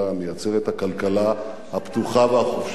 מייצרת הכלכלה הפתוחה והחופשית.